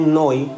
noi